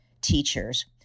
teachers